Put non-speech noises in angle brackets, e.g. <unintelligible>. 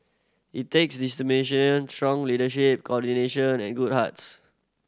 it takes <unintelligible> strong leadership coordination and good hearts